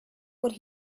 what